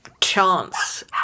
chance